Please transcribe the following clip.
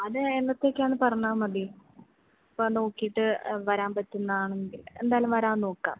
അത് എന്നത്തേക്കാന്ന് പറഞ്ഞാൽ മതി അപ്പം നോക്കിയിട്ട് വരാൻ പറ്റുന്നത് ആണെങ്കിൽ എന്തായാലും വരാൻ നോക്കാം